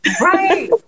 Right